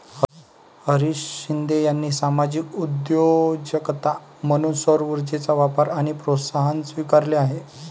हरीश शिंदे यांनी सामाजिक उद्योजकता म्हणून सौरऊर्जेचा वापर आणि प्रोत्साहन स्वीकारले आहे